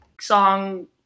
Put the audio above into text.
song